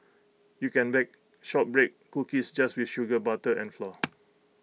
you can bake Shortbread Cookies just with sugar butter and flour